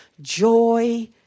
joy